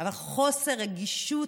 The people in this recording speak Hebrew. אבל חוסר רגישות